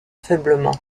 faiblement